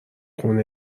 خونه